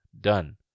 done